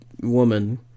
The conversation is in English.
woman